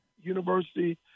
University